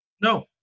No